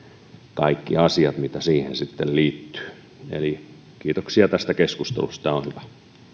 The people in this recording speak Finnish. kaikki asiat mitä siihen sitten liittyy kiitoksia tästä keskustelusta tämä on hyvä